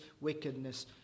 wickedness